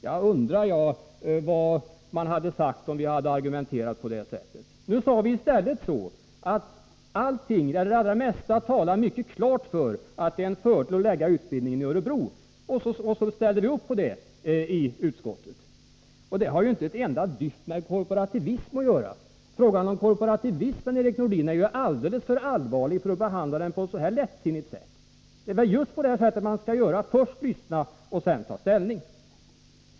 Jag undrar vad de hade sagt om vi hade argumenterat på det sättet. Nu sade vii stället: Det allra mesta talar mycket klart för att det är en fördel att lägga utbildningen i Örebro, och då ställer vi upp för det i utskottet. Detta har inte ett dyft med korporativism att göra. Frågan om korporativism, Sven-Erik Nordin, är alldeles för allvarlig för att behandlas på ett så lättsinnigt sätt. Det är väl just på detta sätt som man skall göra: först lyssna och sedan ta ställning.